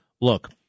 look